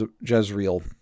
Jezreel